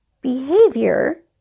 behavior